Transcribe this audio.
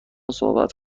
صحبت